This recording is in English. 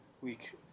week